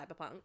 Cyberpunk